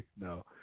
No